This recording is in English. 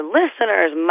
listeners